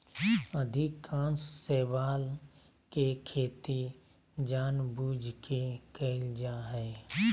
अधिकांश शैवाल के खेती जानबूझ के कइल जा हइ